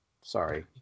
sorry